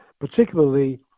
particularly